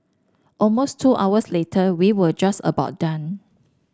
almost two hours later we were just about done